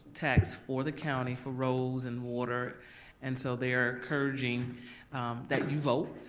tax for the county for roads and water and so they are encouraging that you vote,